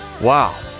Wow